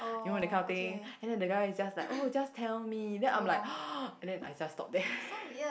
you know that kind of thing and then the guy just like oh just tell me then I'm like then I just stop there